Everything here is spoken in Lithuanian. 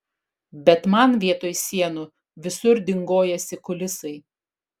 bet man vietoj sienų visur dingojasi kulisai